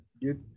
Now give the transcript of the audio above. get